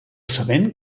sabent